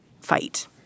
fight